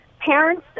Parents